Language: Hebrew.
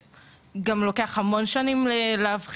שזו גם בעיה שלוקח המון שנים לאבחן